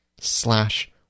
slash